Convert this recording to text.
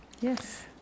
yes